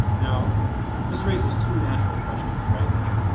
now this raises two natural questions, right? i think,